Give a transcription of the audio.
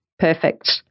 Perfect